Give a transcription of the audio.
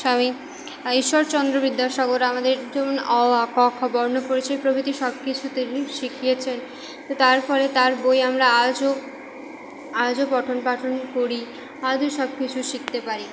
স্বামী ঈশ্বরচন্দ্র বিদ্যাসাগর আমাদের অ আ ক খ বর্ণপরিচয় প্রভৃতি সব কিছু তিনি শিখিয়েছেন তার ফলে তার বই আমরা আজও আজও পঠন পাঠন করি আজও সব কিছু শিখতে পারি